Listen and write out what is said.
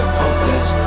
hopeless